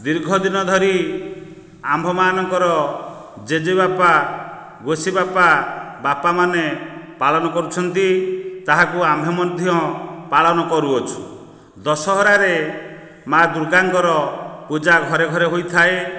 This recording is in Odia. ଦୀର୍ଘଦିନ ଧରି ଆମ୍ଭ ମାନଙ୍କର ଜେଜେବାପା ଗୋସିବାପା ବାପାମାନେ ପାଳନ କରୁଛନ୍ତି ତାହାକୁ ଆମ୍ଭେ ମଧ୍ୟ ପାଳନ କରୁଅଛୁ ଦଶହରାରେ ମାଁ ଦୁର୍ଗାଙ୍କର ପୂଜା ଘରେ ଘରେ ହୋଇଥାଏ